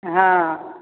हँ